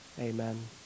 Amen